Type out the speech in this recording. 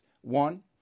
one